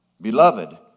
Beloved